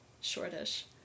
shortish